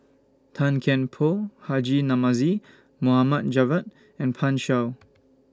Tan Kian Por Haji Namazie Mohd Javad and Pan Shou